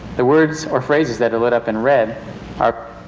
the words or phrases that are lit up in red are